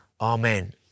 Amen